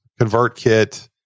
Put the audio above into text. ConvertKit